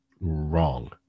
Wrong